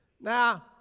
Now